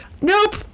nope